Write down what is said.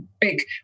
big